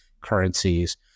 Currencies